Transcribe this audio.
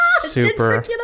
super